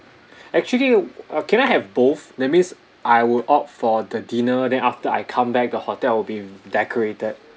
actually uh can I have both that means I would opt for the dinner then after I come back the hotel it'll be decorated